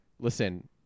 Listen